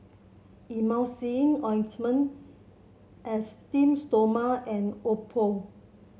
Emulsying Ointment Esteem Stoma and Oppo